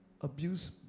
Abuse